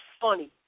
funny